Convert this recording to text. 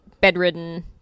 bedridden